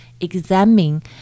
examine